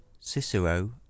Cicero